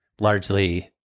largely